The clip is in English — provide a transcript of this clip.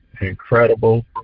incredible